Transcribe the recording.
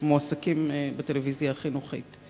שמועסקים בטלוויזיה החינוכית.